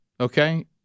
okay